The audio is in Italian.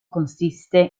consiste